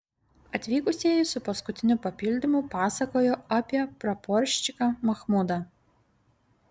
atvykusieji su paskutiniu papildymu pasakojo apie praporščiką machmudą